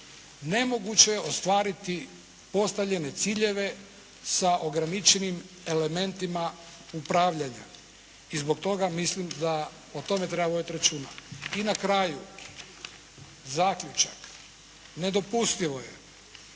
nemoguće je ostvariti postavljene ciljeve sa ograničenim elementima upravljanja. I zbog toga mislim da o tome treba voditi računa. I na kraju zaključak. Nedopustivo je,